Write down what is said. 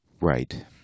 right